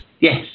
yes